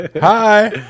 Hi